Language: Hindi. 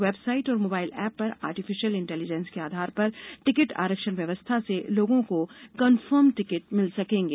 वेबसाइट और मोबाइल एप पर आर्टिफीशियल इंटेलीजेंस के आधार पर टिकट आरक्षण व्यवस्था से लोगों को कन्फर्म टिकट मिल सकेंगे